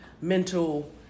mental